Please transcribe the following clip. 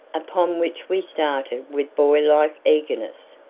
upon which we started with boy-like eagerness.